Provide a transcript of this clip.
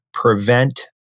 prevent